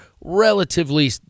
relatively